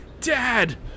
Dad